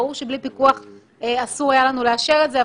ברור שבלי פיקוח אסור היה לנו לאשר את זה.